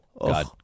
God